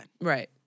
Right